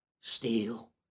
steal